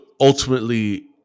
ultimately